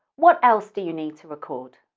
what else do you need to record?